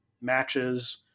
matches